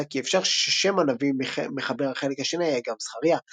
הוצע כי אפשר ששם הנביא מחבר החלק השני היה גם זכריה.